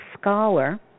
scholar